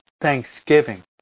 thanksgiving